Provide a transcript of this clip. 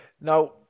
Now